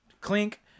Clink